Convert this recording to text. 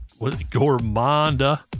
Gourmanda